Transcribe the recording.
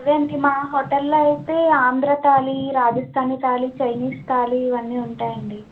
అదే అండి మా హోటల్లో అయితే ఆంధ్ర తాళి రాజస్థానీ తాళి చైనీస్ తాళి ఇవన్నీ ఉంటాయండి